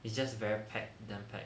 it's just very packed damn packed